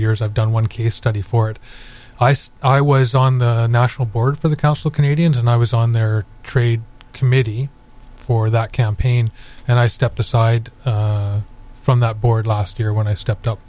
years i've done one case study for it i was on the national board for the council canadians and i was on their trade committee for that campaign and i stepped aside from that board last year when i stepped up